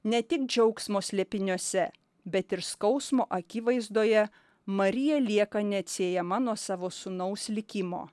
ne tik džiaugsmo slėpiniuose bet ir skausmo akivaizdoje marija lieka neatsiejama nuo savo sūnaus likimo